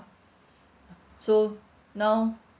so now